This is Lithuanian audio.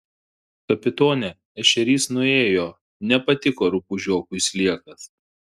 kapitone ešerys nuėjo nepatiko rupūžiokui sliekas